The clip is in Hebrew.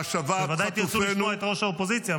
בוודאי תרצו לשמוע את ראש האופוזיציה,